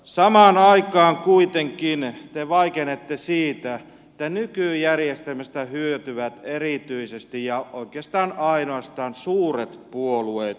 samaan aikaan kuitenkin te vaikenette siitä että nykyjärjestelmästä hyötyvät erityisesti ja oikeastaan ainoastaan suuret puolueet